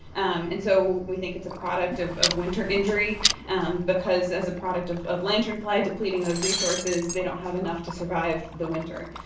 um and so we think it's a product of of winter injury um because as a product of of lanternfly depleting those resources, they don't have enough to survive the winter.